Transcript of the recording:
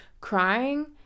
crying